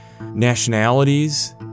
nationalities